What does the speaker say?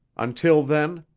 until then,